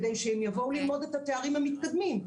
כדי שהם יבואו ללמוד את התארים המתקדמים.